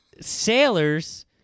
sailors